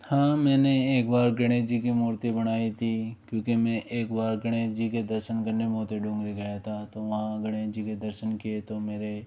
हाँ मैंने एक बार गणेश जी की मूर्ति बनाई थी क्योंकि मैं एक बार गणेश जी के दर्शन करने मोती डोंगरी गया था तो वहाँ गणेश जी के दर्शन किए तो मेरे